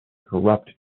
corrupt